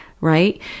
right